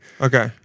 Okay